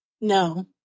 No